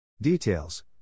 Details